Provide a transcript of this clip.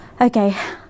Okay